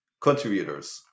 contributors